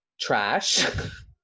trash